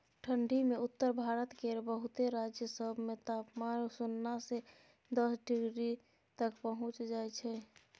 ठंढी मे उत्तर भारत केर बहुते राज्य सब मे तापमान सुन्ना से दस डिग्री तक पहुंच जाइ छै